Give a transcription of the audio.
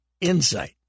insight